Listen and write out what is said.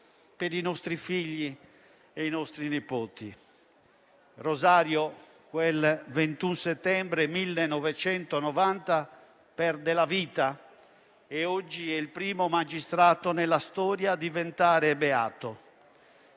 per i nostri figli e nipoti. Rosario quel 21 settembre 1990 perde la vita e oggi è il primo magistrato nella storia a diventare beato.